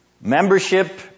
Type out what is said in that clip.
Membership